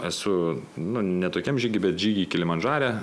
esu nu ne tokiam žygy bet žygy kilimandžare